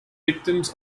victims